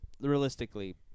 realistically